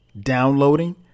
downloading